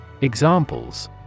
Examples